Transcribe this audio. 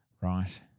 Right